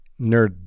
nerd